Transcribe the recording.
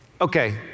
okay